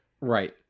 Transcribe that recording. Right